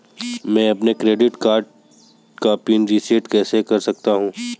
मैं अपने credit card का पिन रिसेट कैसे कर सकता हूँ?